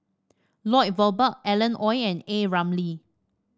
Lloyd Valberg Alan Oei and A Ramli